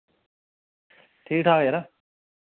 ठीक ठाक यरा